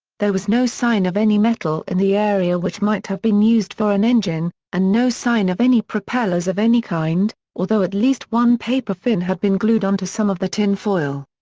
there was no sign of any metal in the area which might have been used for an engine, and no sign of any propellers of any kind, although at least one paper fin had been glued onto some of the tinfoil.